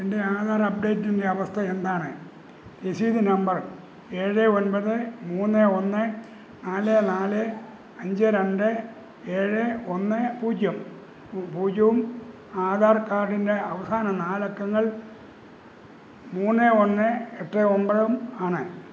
എൻ്റെ ആധാർ അപ്ഡേറ്റിൻ്റെ അവസ്ഥ എന്താണ് രസീത് നമ്പർ ഏഴ് ഒൻപത് മുന്ന് ഒന്ന് നാല് നാല് അഞ്ച് രണ്ട് ഏഴ് ഒന്ന് പൂജ്യം പൂജ്യവും ആധാർ കാർഡിൻ്റെ അവസാന നാല് അക്കങ്ങൾ മുന്ന് ഒന്ന് എട്ട് ഒമ്പതും ആണ്